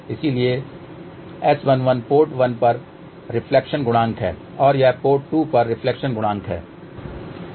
इसलिए इसलिए S11 port 1 पर रिफ्लेक्शन गुणांक है और यह पोर्ट 2 पर रिफ्लेक्शन गुणांक है